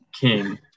king